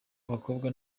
abakobwa